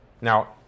Now